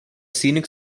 scenic